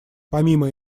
помимо